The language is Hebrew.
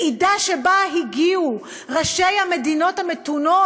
ועידה שבה הגיעו ראשי המדינות המתונות,